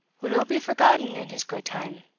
we'll no be forgotten in his good time.